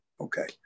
Okay